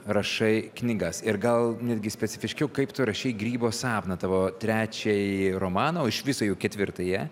rašai knygas ir gal netgi specifiškiau kaip tu rašei grybo sapną tavo trečiąjį romaną o iš viso jau ketvirtąją